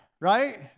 right